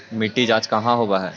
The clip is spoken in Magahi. मिट्टी जाँच कहाँ होव है?